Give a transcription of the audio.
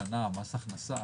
בשנה מס הכנסה,